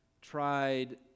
tried